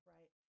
Right